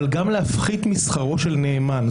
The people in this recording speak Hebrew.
אבל גם להפחית משכרו של נאמן.